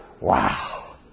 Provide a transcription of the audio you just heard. Wow